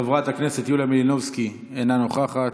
חברת הכנסת יוליה מלינובסקי, אינה נוכחת.